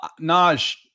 Naj